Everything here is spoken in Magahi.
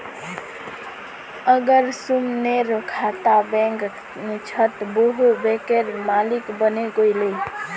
अगर सुमनेर खाता बैंकत छ त वोहों बैंकेर मालिक बने गेले